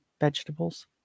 vegetables